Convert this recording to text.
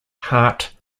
heart